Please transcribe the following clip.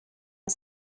are